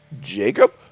Jacob